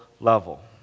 level